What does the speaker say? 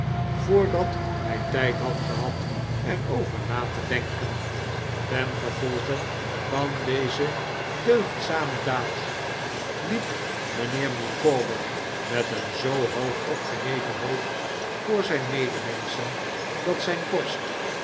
voordat hij tijd had gehad er over na te denken ten gevolge van deze deugdzame daad liep mijnheer micawber met een zoo hoog opgeheven hoofd voor zijn medemenschen dat zijn borst